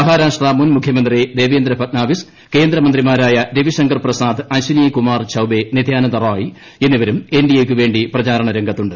മഹാരാഷ്ട്ര മുൻ മുഖ്യമന്ത്രി ദേവേന്ദ്ര ഫട്നാവിസ് കേന്ദ്രമന്ത്രിമാരായ രവിശങ്കർ പ്രസാദ് അശ്വനികുമാർ ചൌബേ നിത്യാനന്ദ റായ് എന്നിവരും എൻ ഡി എ ക്ക് വേണ്ടി പ്രചാരണ രംഗത്തുണ്ട്